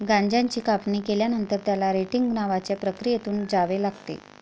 गांजाची कापणी केल्यानंतर, त्याला रेटिंग नावाच्या प्रक्रियेतून जावे लागते